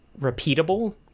repeatable